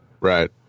right